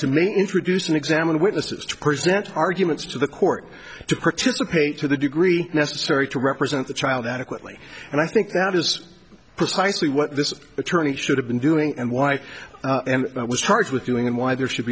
to may introduce and examine witnesses to present arguments to the court to participate to the degree necessary to represent the child adequately and i think that is precisely what this attorney should have been doing and why i was charged with doing and why there should